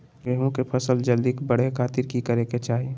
गेहूं के फसल जल्दी बड़े खातिर की करे के चाही?